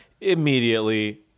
immediately